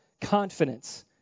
confidence